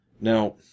Now